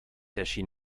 erschien